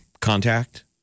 contact